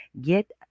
get